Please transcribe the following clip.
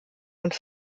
und